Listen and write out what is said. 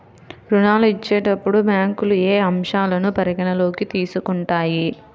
ఋణాలు ఇచ్చేటప్పుడు బ్యాంకులు ఏ అంశాలను పరిగణలోకి తీసుకుంటాయి?